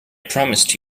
promised